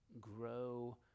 grow